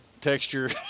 texture